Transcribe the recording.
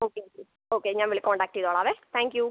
okay ശരി okay ഞാന് വിളി കോൺടാക്റ്റെയ്തോളാവേ താങ്ക്യൂ